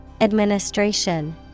Administration